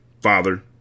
father